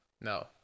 no